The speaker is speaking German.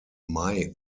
mai